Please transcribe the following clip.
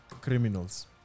criminals